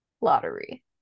lottery